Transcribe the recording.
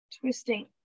Twisting